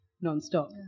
non-stop